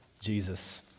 Jesus